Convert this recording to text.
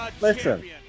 listen